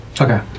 Okay